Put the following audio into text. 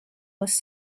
was